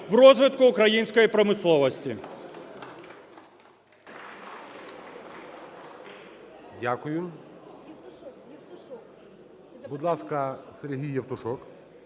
в розвитку української промисловості.